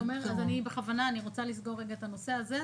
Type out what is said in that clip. אני בכוונה רוצה לסגור את הנושא הזה.